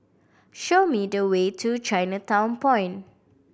show me the way to Chinatown Point